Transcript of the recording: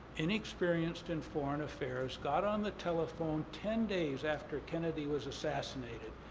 inexperienced in foreign affairs, got on the telephone ten days after kennedy was assassinated.